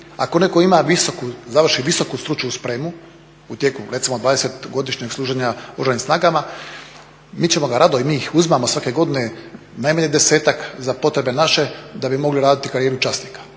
ako netko ima visoku, završi visoku stručnu spremu tijekom recimo 20-godišnjeg služenja u Oružanim snagama mi ćemo ga rado i mi ih uzimamo svake godine najmanje 10-ak za potrebe naše da bi mogli raditi karijeru časnika.